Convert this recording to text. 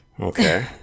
Okay